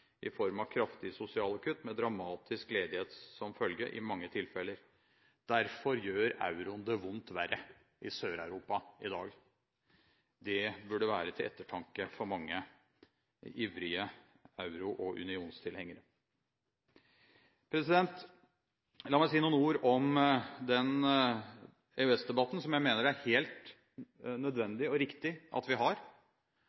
i form av kraftige sosiale kutt, med dramatisk ledighet som følge i mange tilfeller. Derfor gjør euroen vondt verre i Sør-Europa i dag. Det burde være til ettertanke for mange ivrige euro- og unionstilhengere. La meg si noen ord om den EØS-debatten jeg mener det er helt